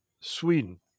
Sweden